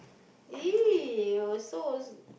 !ee! your so